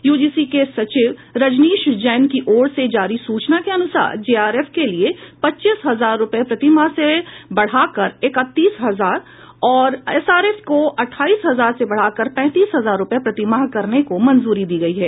UGC के सचिव रजनीश जैन की ओर से जारी सूचना के अनुसार जेआरएफ के लिये पच्चीस हजार रूपये प्रतिमाह से बढ़ाकर इकतीस हजार और एसआरएएफ को अठाईस हजार से बढ़ाकर पैंतीस हजार रूपये प्रतिमाह करने को मंजूरी दी गयी है